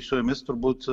su jomis turbūt